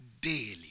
daily